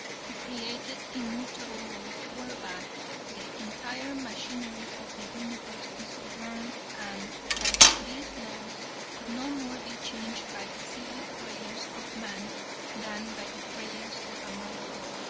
who created immutable laws whereby the entire machinery of the universe is governed, and that these laws could no more be changed by the silly prayers of man than by the prayers of a microbe.